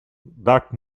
that